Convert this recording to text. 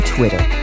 Twitter